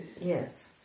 Yes